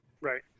Right